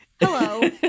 Hello